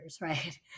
right